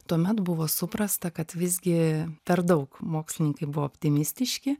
tuomet buvo suprasta kad visgi per daug mokslininkai buvo optimistiški